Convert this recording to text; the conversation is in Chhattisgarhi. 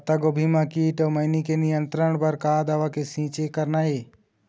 पत्तागोभी म कीट अऊ मैनी के नियंत्रण बर का दवा के छींचे करना ये?